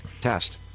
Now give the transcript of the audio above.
Test